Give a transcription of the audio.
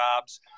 jobs